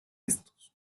estos